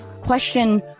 question